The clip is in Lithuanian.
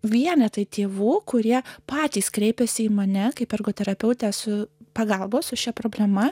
vienetai tėvų kurie patys kreipėsi į mane kaip ergo terapeutę su pagalbos su šia problema